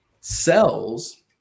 cells